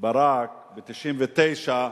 ברק ב-1999,